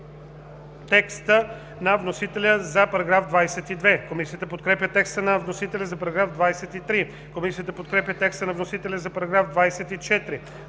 текста на вносителя за § 22. Комисията подкрепя текста на вносителя за § 23. Комисията подкрепя текста на вносителя за § 24.